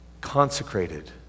consecrated